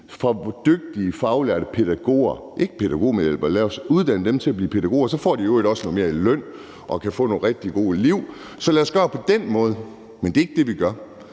fra dygtige faglærte pædagoger – ikke pædagogmedhjælpere; lad os uddanne dem til at blive pædagoger. Så får de i øvrigt også noget mere i løn og kan få nogle rigtig gode liv. Så lad os gøre det på den måde. Men det er ikke det, vi gør,